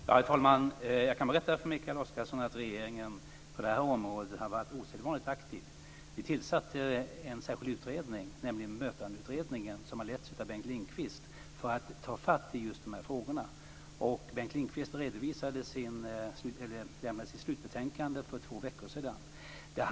Herr talman! Jag kan berätta för Mikael Oscarsson att regeringen har varit osedvanligt aktiv på det här området. Vi tillsatte en särskild utredning, Mötandeutredningen, som har letts av Bengt Lindqvist för att ta fatt i just de här frågorna. Bengt Lindqvist lämnade sitt slutbetänkande för två veckor sedan.